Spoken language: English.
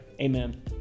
Amen